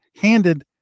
handed